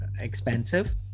expensive